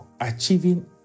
achieving